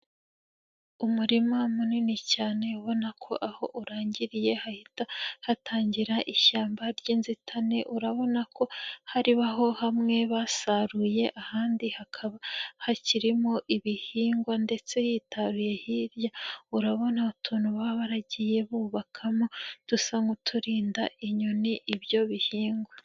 Umurima munini cyane ubona ko aho urangiriye hahita hatangira ishyamba ry'inzitane, urabona ko hari hamwe basaruye ahandi hakaba hakirimo ibihingwa ndetse hitaruye, hirya urabona utuntu baba baragiye bubakamo dusa nk'uturinda inyoni ibyo bihingwa.